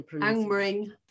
Angmering